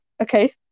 okay